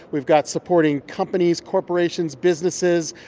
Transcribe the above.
we've got supporting companies, corporations, businesses.